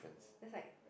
that's like